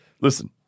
listen